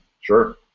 sure